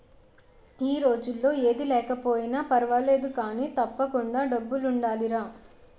ఈ రోజుల్లో ఏది లేకపోయినా పర్వాలేదు కానీ, తప్పకుండా డబ్బులుండాలిరా